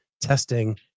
testing